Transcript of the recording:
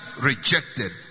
rejected